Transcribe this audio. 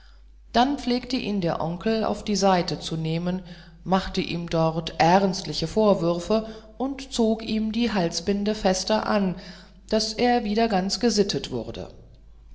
dann pflegte ihn der oncle auf die seite zu nehmen machte ihm dort ernstliche vorwürfe und zog ihm die halsbinde fester an daß er wieder ganz gesittet wurde